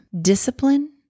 Discipline